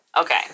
Okay